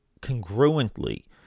congruently